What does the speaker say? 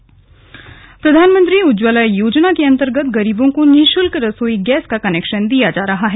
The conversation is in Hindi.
उज्ज्वला योजना प्रधानमंत्री उज्ज्वला योजना से गरीबों को निःशुल्क रसोई गैस का कनेक्शन दिया जा रहा है